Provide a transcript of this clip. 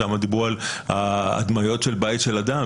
שם דיברו על ההדמיות של בית של אדם.